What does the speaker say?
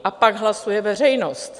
A pak hlasuje veřejnost.